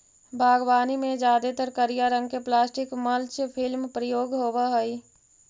बागवानी में जादेतर करिया रंग के प्लास्टिक मल्च फिल्म प्रयोग होवऽ हई